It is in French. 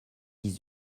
dix